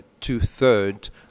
two-thirds